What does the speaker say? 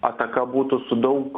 ataka būtų su daug